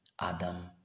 Adam